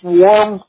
warm